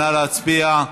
נא להצביע.